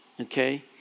okay